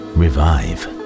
revive